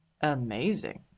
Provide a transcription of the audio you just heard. amazing